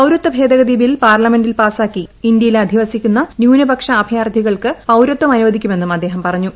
പൌരത്വഭേദഗതി bill പാർലമെന്റിൽ പാസാക്കി ഇന്ത്യയിൽ അധിവസിക്കുന്ന ന്യൂനപക്ഷ അഭയാർത്ഥികൾക്ക് പൌരത്വം അനുവദിക്കുമെന്നും അദ്ദേഹം പറഞ്ഞു